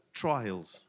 trials